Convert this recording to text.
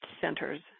centers